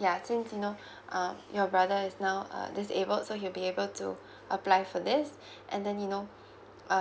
ya since you know um your brother is now err disabled so he will be able to apply for this and then you know uh